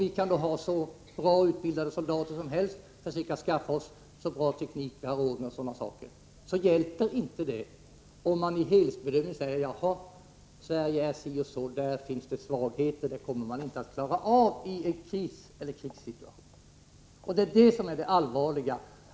Vi kan ha hur bra utbildade soldater som helst och försöka skaffa oss så bra teknik vi har råd med, men det hjälper inte om helhetsbedömningen visar att det finns svagheter och att Sverige inte kommer att klara av en kriseller krigssituation. Det är detta som är det allvarliga.